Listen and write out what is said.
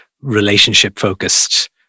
relationship-focused